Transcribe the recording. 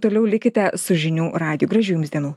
toliau likite su žinių radiju gražių jums dienų